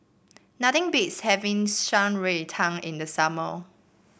nothing beats having Shan Rui Tang in the summer